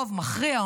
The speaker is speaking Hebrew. רוב מכריע,